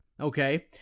Okay